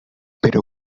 pero